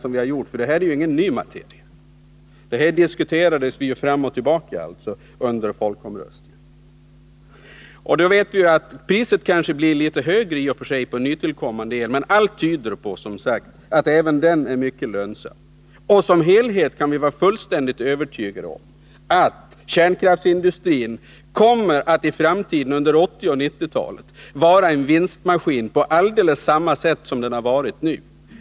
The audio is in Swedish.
Detta är ju ingen ny materia, detta diskuterades fram och tillbaka inför folkomröstningen. Från alla beräkningar som har gjorts vet vi ju att priset kanske blir litet högre i och för sig på nytillkommande el, men allt tyder på att även den är mycket lönsam. Och vi kan vara fullständigt övertygade om att kärnkraftsindustrin i framtiden, under 1980 och 1990-talen, kommer att vara en vinstmaskin på alldeles samma sätt som den har varit nu.